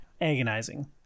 agonizing